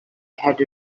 had